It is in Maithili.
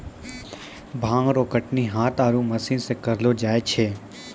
भांग रो कटनी हाथ आरु मशीन से करलो जाय छै